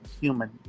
human